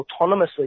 autonomously